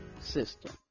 system